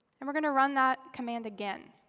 and we're going to run that command again.